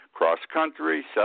Cross-country